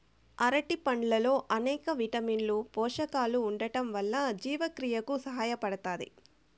అరటి పండ్లల్లో అనేక విటమిన్లు, పోషకాలు ఉండటం వల్ల జీవక్రియకు సహాయపడుతాది